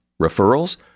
Referrals